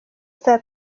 saa